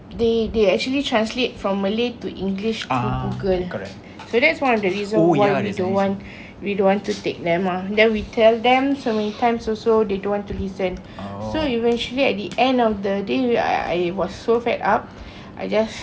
they they actually translate from malay to english through google correct so that's one of the reason why we don't want we don't want to take them ah then we tell them so many times also they don't want to listen so eventually at the end of the day we I I was so fed up I just